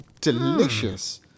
delicious